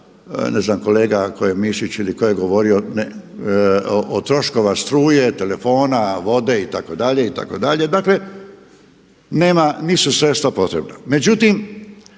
ne znam kolega Mišić ili tko je govorio o troškova struje, telefona, vode itd. itd. Dakle, nema, nisu sredstva potrebna.